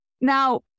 Now